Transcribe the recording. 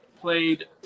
played